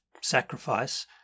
sacrifice